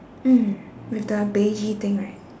mm with the beigy thing right